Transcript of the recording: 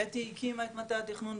בי"ת היא הקימה את מטה התכנון,